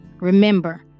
Remember